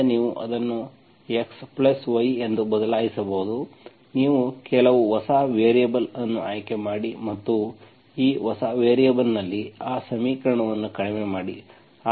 ಆದ್ದರಿಂದ ನೀವು ಅದನ್ನು x ಪ್ಲಸ್ y ಎಂದು ಬದಲಾಯಿಸಬಹುದು ನೀವು ಕೆಲವು ಹೊಸ ವೇರಿಯಬಲ್ ಅನ್ನು ಆಯ್ಕೆ ಮಾಡಿ ಮತ್ತು ಆ ಹೊಸ ವೇರಿಯೇಬಲ್ನಲ್ಲಿ ಆ ಸಮೀಕರಣವನ್ನು ಕಡಿಮೆ ಮಾಡಿ